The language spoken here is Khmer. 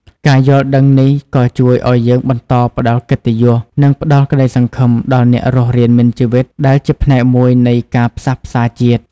ការយល់ដឹងនេះក៏ជួយឲ្យយើងបន្តផ្តល់កិត្តិយស និងផ្តល់ក្ដីសង្ឃឹមដល់អ្នករស់រានមានជីវិត ដែលជាផ្នែកមួយនៃការផ្សះផ្សាជាតិ។